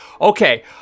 Okay